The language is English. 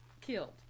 killed